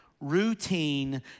routine